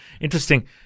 Interesting